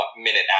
minute